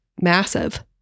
massive